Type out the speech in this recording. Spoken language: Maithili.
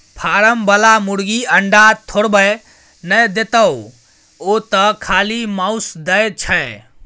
फारम बला मुरगी अंडा थोड़बै न देतोउ ओ तँ खाली माउस दै छै